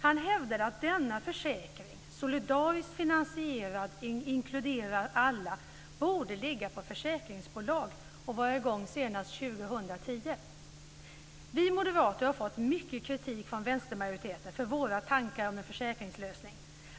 Han hävdade att denna försäkring, som är solidariskt finansierad och inkluderar alla - borde ligga på försäkringsbolagen och vara i gång senast år 2010. Vi moderater har fått mycket kritik från vänstermajoriteten för våra tankar om en försäkringslösning.